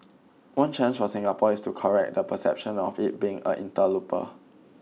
one challenge for Singapore is to correct the perception of it being a interloper